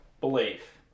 belief